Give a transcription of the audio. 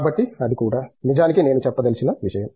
కాబట్టి అది కూడా నిజానికి నేను చెప్పదలిచిన విషయం